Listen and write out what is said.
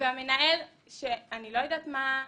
והמנהל שאני לא יודעת מה,